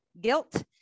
guilt